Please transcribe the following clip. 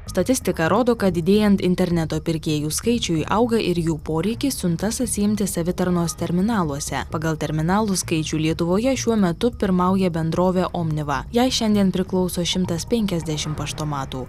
statistika rodo kad didėjant interneto pirkėjų skaičiui auga ir jų poreikis siuntas atsiimti savitarnos terminaluose pagal terminalų skaičių lietuvoje šiuo metu pirmauja bendrovė omniva jai šiandien priklauso šimtas penkiasdešim paštomatų